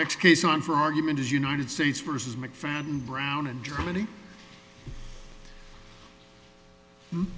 next case on for argument is united states versus mcfadden brown and germany